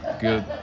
good